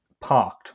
parked